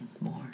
more